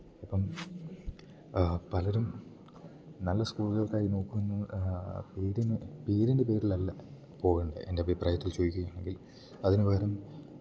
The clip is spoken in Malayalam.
അപ്പം പലരും നല്ല സ്കൂള്കൾക്കായി നോക്ക്ന്നു പേരിന് പേരിൻറ്റെ പേരിലല്ല പോവണ്ടേ എൻറ്റഭിപ്രായത്തിൽ ചോയിക്കുവാണെങ്കിൽ അതിന് പകരം അവര്